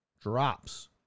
Drops